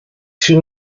two